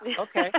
Okay